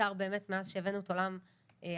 בעיקר באמת מאז שהבאנו את עולם הבריאות,